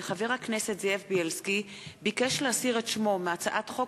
כי חבר הכנסת זאב בילסקי ביקש להסיר את שמו מהצעת חוק